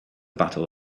battle